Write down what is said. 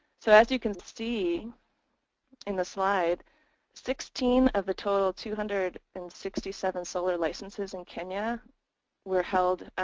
so as you can see in the slide sixteen of the total two hundred and sixty seven solar licenses in kenya were held